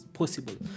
possible